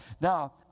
Now